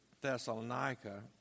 Thessalonica